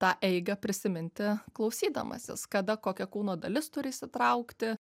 tą eigą prisiminti klausydamasis kada kokia kūno dalis turi įsitraukti